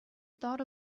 thought